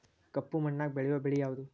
ಕಪ್ಪು ಮಣ್ಣಾಗ ಬೆಳೆಯೋ ಬೆಳಿ ಯಾವುದು?